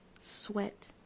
sweat